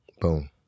Boom